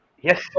Yes